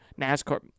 NASCAR